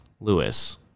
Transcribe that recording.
Lewis